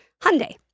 Hyundai